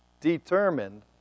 determined